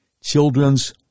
Children's